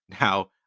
Now